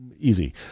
Easy